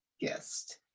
guest